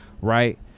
right